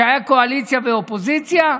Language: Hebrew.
שהיו קואליציה ואופוזיציה?